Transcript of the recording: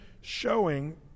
showing